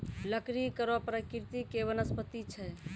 लकड़ी कड़ो प्रकृति के वनस्पति छै